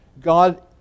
God